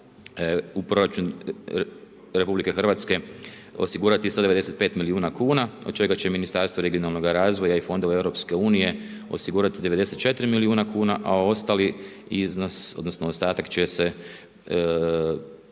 u proračun RH osigurati 195 milijuna kuna od čega će Ministarstvo regionalnoga razvoja i fondova EU osigurati 94 milijuna kuna a ostali iznos, odnosno ostatak će se